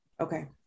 Okay